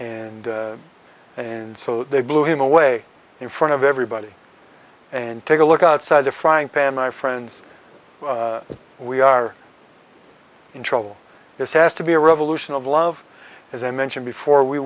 and and so they blew him away in front of everybody and take a look outside the frying pan my friends we are in troll this has to be a revolution of love as i mentioned before we